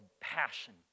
passion